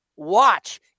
Watch